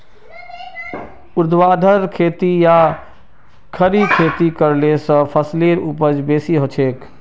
ऊर्ध्वाधर खेती या खड़ी खेती करले स फसलेर उपज बेसी हछेक